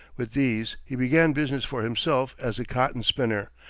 with these he began business for himself as a cotton spinner,